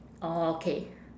orh okay